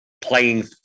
playing